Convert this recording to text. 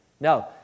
no